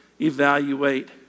evaluate